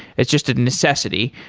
it's just a necessity.